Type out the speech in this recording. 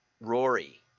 Rory